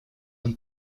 нам